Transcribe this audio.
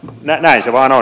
näin se vain on